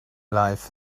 life